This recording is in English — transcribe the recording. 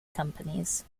companies